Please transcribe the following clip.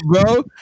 bro